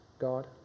God